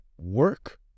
work